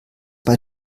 bei